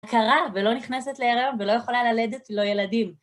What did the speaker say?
קרה, ולא נכנסת להריון, ולא יכולה ללדת, לו ילדים.